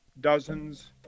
dozens